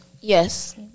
Yes